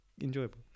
enjoyable